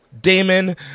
Damon